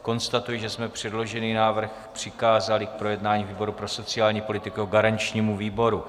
Konstatuji, že jsme předložený návrh přikázali k projednání výboru pro sociální politiku jako garančnímu výboru.